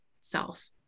self